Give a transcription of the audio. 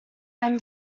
i’m